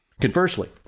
Conversely